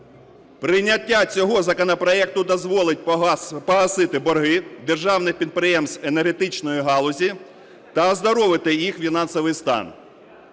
Прийняття цього законопроекту дозволить погасити борги державних підприємств енергетичної галузі та оздоровити їх фінансовий стан.